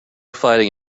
fighting